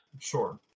Sure